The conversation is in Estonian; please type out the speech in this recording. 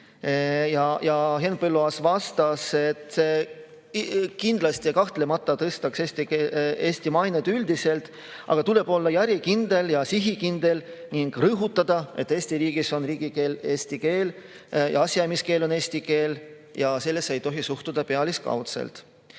Henn Põlluaas vastas, et kindlasti see tõstaks eesti keele mainet, aga tuleb olla järjekindel ja sihikindel ning rõhutada, et Eesti riigis on riigikeel eesti keel, asjaajamiskeel on eesti keel ja sellesse ei tohi suhtuda pealiskaudselt.